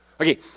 Okay